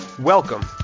Welcome